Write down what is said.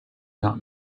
not